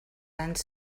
anys